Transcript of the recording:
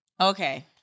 Okay